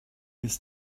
his